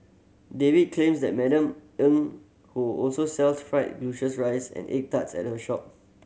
David claims that Madam Eng who also sells fried glutinous rice and egg tart at her shop